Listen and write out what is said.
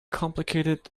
complicated